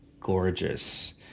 gorgeous